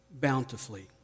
bountifully